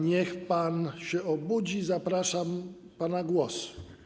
Niech pan się obudzi, zapraszam, pana głos.